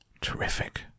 terrific